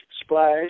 splash